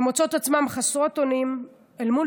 הן מוצאות את עצמן חסרות אונים אל מול